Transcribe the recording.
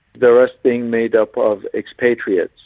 the rest being made up of expatriates.